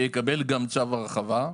שיקבל גם צו הרחבה?